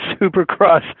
Supercross